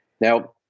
Now